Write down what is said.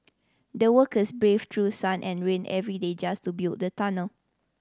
the workers braved through sun and rain every day just to build the tunnel